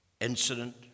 Incident